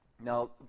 Now